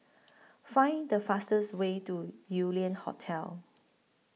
Find The fastest Way to Yew Lian Hotel